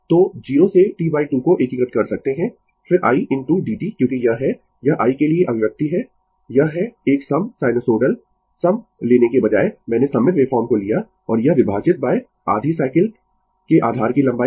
तो 0 से T 2 को एकीकृत कर सकते है फिर i इनटू d t क्योंकि यह है यह i के लिए अभिव्यक्ति है यह है एक सम साइनसोइडल सम लेने के बजाय मैंने सममित वेवफॉर्म को लिया और यह विभाजित आधी साइकिल के आधार की लंबाई